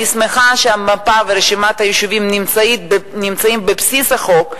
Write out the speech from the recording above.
אני שמחה שהמפה ורשימת היישובים נמצאות בבסיס החוק,